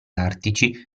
artici